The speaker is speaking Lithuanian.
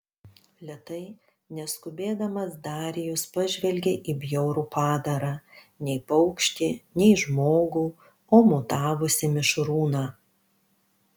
lėtai neskubėdamas darijus pažvelgė į bjaurų padarą nei paukštį nei žmogų o mutavusį mišrūną